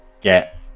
get